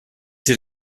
hier